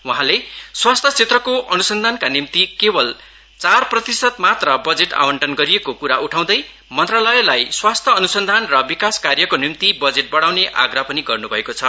वहाले स्वाथ्य क्षेत्रको अनुसन्धानका निम्ति केवल चार प्रतिशत मात्र बजट आवन्टन गरिएको कुरा उठाउदै मन्त्रालयलाई स्वाथ्य अनुसन्धान र विकास कार्यको निम्ति बजेट बढ़ाउने आग्रह पनि गर्नु भएको छ